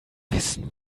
wissen